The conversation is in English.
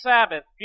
Sabbath